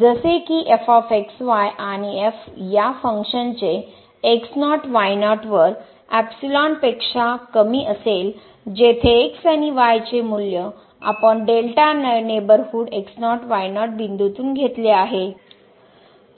जसे की आणि या फंक्शन चे वर एपसिलॉन पेक्षा कमी असेल जेथे x आणि y चे मूल्य आपण delta neighbourhood x0 y0 बिंदूतून घेतले आहे